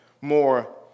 more